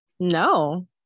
no